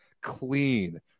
clean